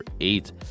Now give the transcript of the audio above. eight